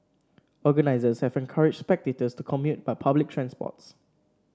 organisers have encouraged spectators to commute by public transports